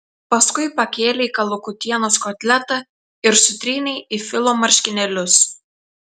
paskui pakėlei kalakutienos kotletą ir sutrynei į filo marškinėlius